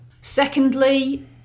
Secondly